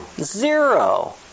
Zero